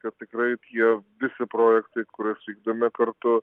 kad tikrai tie visi projektai kur vykdome kartu